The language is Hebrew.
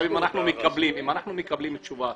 אם אנחנו מקבלים תשובה,